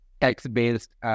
text-based